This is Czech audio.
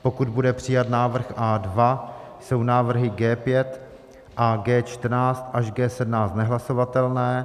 pokud bude přijat návrh A2, jsou návrhy G5 a G14 až G17 nehlasovatelné